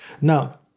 Now